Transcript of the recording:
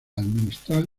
administrar